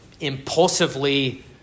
Impulsively